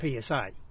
PSA